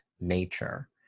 nature